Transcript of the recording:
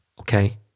okay